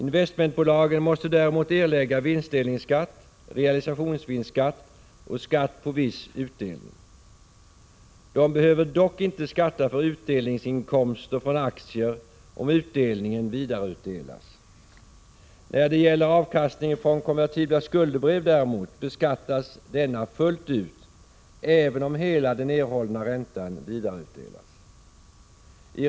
Investmentbolagen måste däremot erlägga vinstdelningsskatt, realisationsvinstskatt och skatt på viss utdelning. De behöver dock inte skatta för utdelningsinkomster från aktier om utdelningen vidareutdelas. Avkastningen från konvertibla skuldebrev däremot beskattas fullt ut, även om hela den erhållna räntan vidareutdelas.